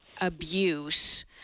abuse